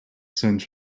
centre